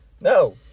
No